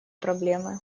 проблемы